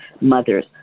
mothers